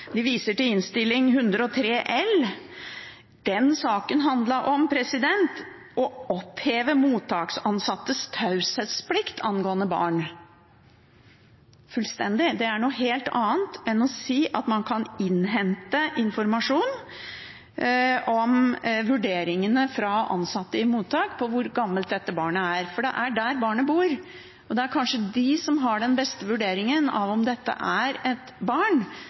De viser til Innst. 103 L for 2014–2015. Den saken handlet om fullstendig å oppheve mottaksansattes taushetsplikt angående barn. Det er noe helt annet enn å si at man kan innhente informasjon og vurderinger fra ansatte i mottak om hvor gammelt dette barnet er, for det er der barnet bor, og det er kanskje de som har den beste vurderingen av om dette er et barn,